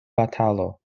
batalo